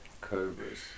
Cobras